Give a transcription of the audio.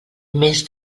més